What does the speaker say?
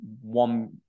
one